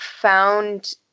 found